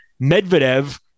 Medvedev